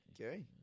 Okay